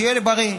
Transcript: שיהיה לי בריא.